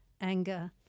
anger